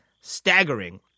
staggering